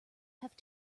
have